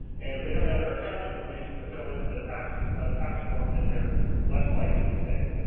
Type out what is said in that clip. and if they don't have their account information to fill into the tax tax form then they're less likely to save.